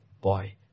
boy